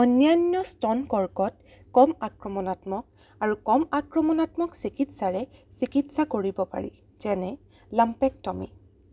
অন্যান্য স্তন কৰ্কট কম আক্ৰমণাত্মক আৰু কম আক্ৰমণাত্মক চিকিৎসাৰে চিকিৎসা কৰিব পাৰি যেনে লাম্পেক্টমি